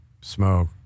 smoke